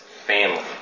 family